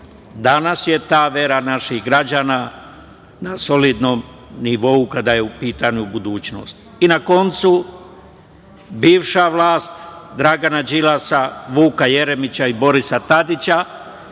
Danas je ta vera naših građana na solidnom nivou, kada je u pitanju budućnost. Na kraju, bivša vlast Dragana Đilasa, Vuka Jeremića i Borisa Tadića,